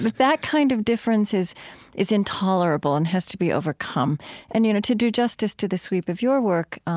that kind of difference is is intolerable and has to be overcome and, you know, to do justice to the sweep of your work,